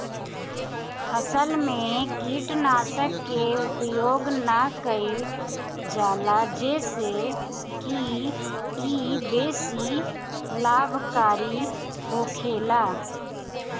फसल में कीटनाशक के उपयोग ना कईल जाला जेसे की इ बेसी लाभकारी होखेला